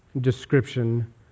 description